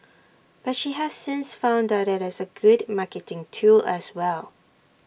but she has since found that IT is A good marketing tool as well